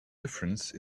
difference